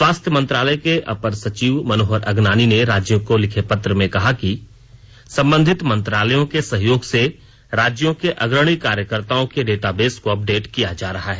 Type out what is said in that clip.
स्वास्थ्य मंत्रालय के अपर सचिव मनोहर अगनानी ने राज्यों को लिखे पत्र में कहा है कि संबंधित मंत्रालयों के सहयोग से राज्यों के अग्रणी कार्यकर्ताओं के डेटाबेस को अपडेट किया जा रहा है